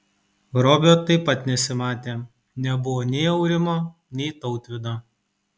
robio taip pat nesimatė nebuvo nei aurimo nei tautvydo